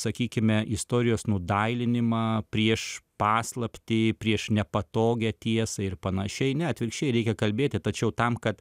sakykime istorijos nudailinimą prieš paslaptį prieš nepatogią tiesą ir panašiai ne atvirkščiai reikia kalbėti tačiau tam kad